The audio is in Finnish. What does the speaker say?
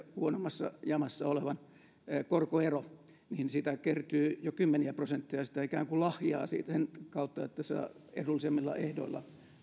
huonommassa jamassa olevan valtion korkoero niin sitä kautta kertyy jo kymmeniä prosentteja hyötyä ja ikään kuin sitä lahjaa sitä kautta että saa edullisemmilla ehdoilla